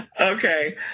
Okay